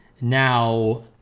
now